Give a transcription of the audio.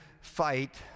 fight